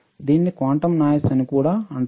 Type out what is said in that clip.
దీనిని క్వాంటం నాయిస్అని కూడా అంటారు